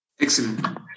Excellent